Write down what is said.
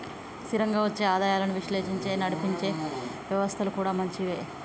స్థిరంగా వచ్చే ఆదాయాలను విశ్లేషించి నడిపే వ్యవస్థలు కూడా మంచివే